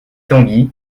tanguy